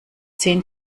zehn